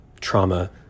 trauma